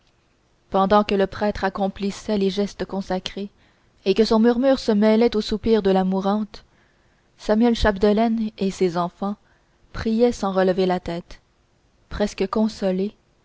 pendant que le prêtre accomplissait les gestes consacrés et que son murmure se mêlait aux soupirs de la mourante samuel chapdelaine et ses enfants priaient sans relever la tête presque consolés